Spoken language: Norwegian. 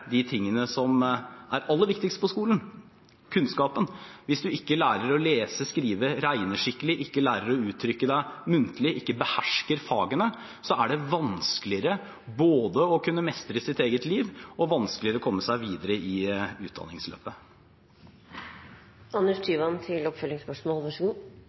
de tingene som er aller viktigst på skolen: kunnskapen. Hvis man ikke lærer å lese, skrive og regne skikkelig, ikke lærer å uttrykke seg muntlig, ikke behersker fagene, er det vanskeligere både å kunne mestre sitt eget liv og å komme seg videre i